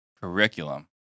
curriculum